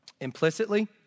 implicitly